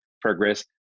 progress